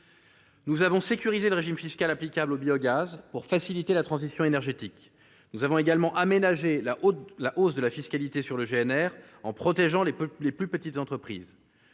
Nous avons sécurisé le régime fiscal applicable au biogaz pour faciliter la transition énergétique. Nous avons également aménagé la hausse de fiscalité sur le GNR en protégeant les plus petites entreprises.